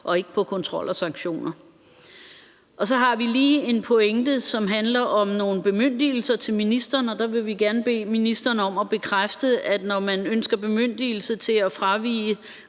og ikke på kontrol og sanktioner. Så har vi lige en pointe, som handler om nogle bemyndigelser til ministeren. Der vil vi gerne bede ministeren om at bekræfte, at når man ønsker bemyndigelse til at fravige